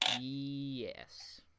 Yes